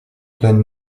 pleine